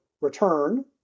return